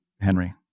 henry